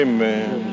Amen